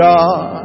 God